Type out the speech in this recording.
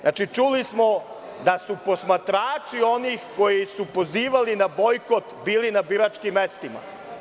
Znači, čuli smo da su posmatrači onih koji su pozivali na bojkot bili na biračkim mestima.